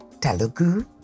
Telugu